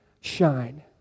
shine